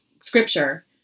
scripture